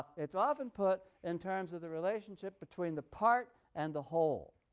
it's often put in terms of the relationship between the part and the whole.